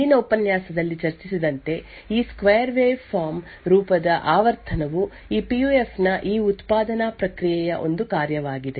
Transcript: ಹಿಂದಿನ ಉಪನ್ಯಾಸದಲ್ಲಿ ಚರ್ಚಿಸಿದಂತೆ ಈ ಸ್ಕ್ವೇರ್ ವಾವೆಫಾರ್ಮ್ ರೂಪದ ಆವರ್ತನವು ಈ ಪಿಯುಎಫ್ ನ ಈ ಉತ್ಪಾದನಾ ಪ್ರಕ್ರಿಯೆಯ ಒಂದು ಕಾರ್ಯವಾಗಿದೆ